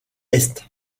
est